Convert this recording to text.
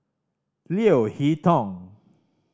Leo Hee Tong